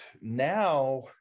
now